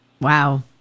Wow